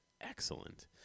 excellent